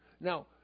Now